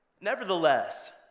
nevertheless